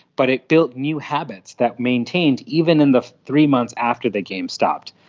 but it built new habits that maintained even in the three months after the game stopped.